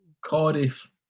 Cardiff